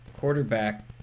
quarterback